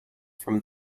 from